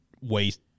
waste